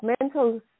mental